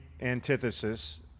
antithesis